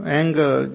anger